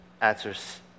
answers